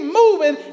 moving